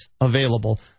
available